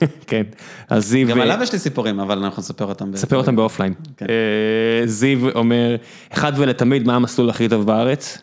גם עליו יש לי סיפורים אבל אנחנו נספר אותם באופליין. זיו אומר, אחד ולתמיד מה המסלול הכי טוב בארץ?